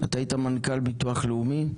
אתה היית מנכ"ל ביטוח לאומי,